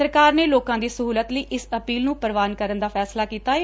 ਸਰਕਾਰ ਨੇ ਲੋਕਾਂ ਦੀ ਸਹੁਲਤ ਲਈ ਇਸ ਅਪੀਲ ਨੇੰ ਪੂਵਾਨ ਕਰਨ ਦਾ ਫੈਸਲਾ ਕੀਤਾ ਏ